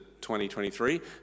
2023